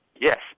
Yes